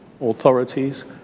authorities